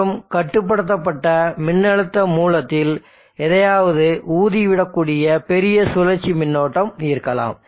மற்றும் கட்டுப்படுத்தப்பட்ட மின்னழுத்த மூலத்தில் எதையாவது ஊதிவிடக்கூடிய பெரிய சுழற்சி மின்னோட்டம் இருக்கலாம்